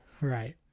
Right